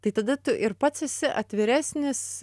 tai tada tu ir pats esi atviresnis